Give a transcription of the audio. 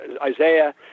Isaiah